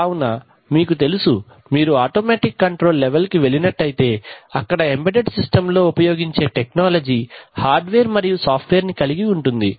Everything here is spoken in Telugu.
కావున మీకు తెలుసు మీరు ఆటోమెటిక్ కంట్రోల్ లెవెల్ కి వెళ్ళినట్లయితే అక్కడ ఎంబెడెడ్ సిస్టం లో ఉపయోగించే టెక్నాలజీ హార్డ్వేర్ మరియు సాఫ్ట్వేర్ ని కలిగి ఉంటుంది